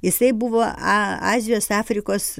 jisai buvo a azijos afrikos